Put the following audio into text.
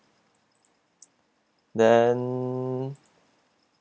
then